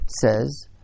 says